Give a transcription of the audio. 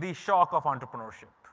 the shock of entrepreneurship.